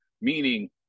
meaning